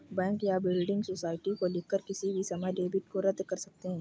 bank या building society को लिखकर किसी भी समय डेबिट को रद्द कर सकते हैं